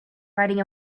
riding